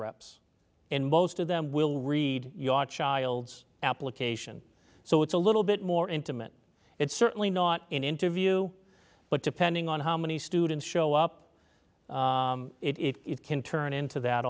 reps and most of them will read your child's application so it's a little bit more intimate it's certainly not an interview but depending on how many students show up it can turn into that